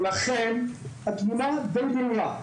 לכן התמונה די ברורה.